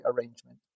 arrangement